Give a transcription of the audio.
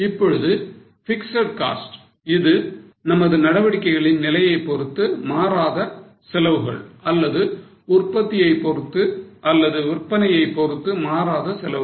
இப்பொழுது fixed cost இது நமது நடவடிக்கைகளின் நிலையைப் பொறுத்து மாறாத செலவுகள் அல்லது உற்பத்தியை பொறுத்து அல்லது விற்பனையை பொறுத்து மாறாத செலவுகள்